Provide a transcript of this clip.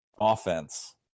offense